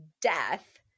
death